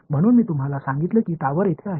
म्हणून मी तुम्हाला सांगितले की टॉवर येथे आहे